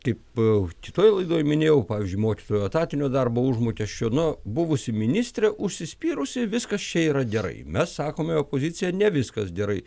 kaip kitoj laidoj minėjau pavyzdžiui mokytojų etatinio darbo užmokesčio na buvusi ministrė užsispyrusi viskas čia yra gerai mes sakome opozicija ne viskas gerai